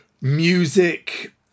music